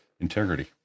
integrity